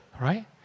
right